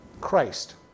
Christ